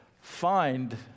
find